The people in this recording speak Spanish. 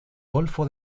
golfo